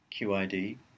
QID